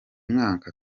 mwaka